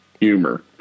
humor